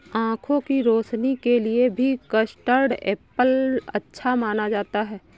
आँखों की रोशनी के लिए भी कस्टर्ड एप्पल अच्छा माना जाता है